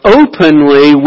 openly